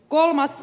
kolmas